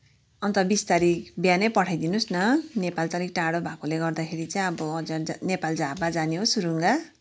अन्त बिस तारिक बिहानै पठाइदिनु होस् न नेपाल चाहिँ अलिक टाढो भएकोले गर्दाखेरि चाहिँ अब नेपाल झापा जाने हो सुरूङ्गा